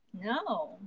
no